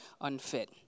unfit